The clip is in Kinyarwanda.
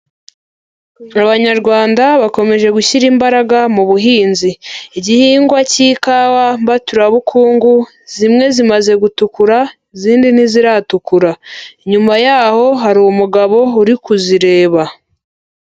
Abanyarwanda bakomeje gushyira imbaraga mu buhinzi. Igihingwa cy'ikawa mbaturabukungu, zimwe zimaze gutukura izindi ntiziratukura. Inyuma yaho hari umugabo uri kuzireba.